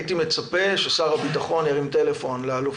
הייתי מצפה ששר הביטחון יתקשר בטלפון לאלוף